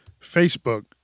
Facebook